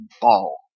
ball